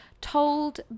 told